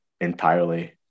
entirely